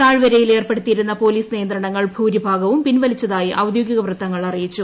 താഴ്വരയിൽ ഏർപ്പെടുത്തിയിരുന്ന പോലീസ് നിയന്ത്ര ണങ്ങൾ ഭൂരിഭാഗവും പിൻവലിച്ചതായി ് ഒര്ദ്യോഗിക വൃത്തങ്ങൾ അറിയി ച്ചു